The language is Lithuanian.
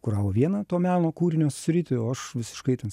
kuravo vieną to meno kūrinio sritį o aš visiškai ten